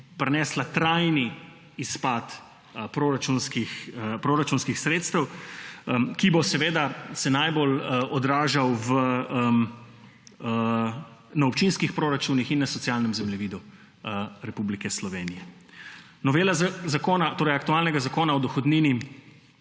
prinesla trajni izpad proračunskih sredstev, ki se bo najbolj odražal na občinskih proračunih in na socialnem zemljevidu Republike Slovenije. Novela aktualnega Zakona o dohodnini